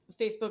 facebook